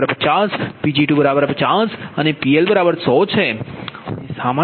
4 અને Pg1 50 Pg2 50 તે PL 100